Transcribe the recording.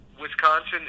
Wisconsin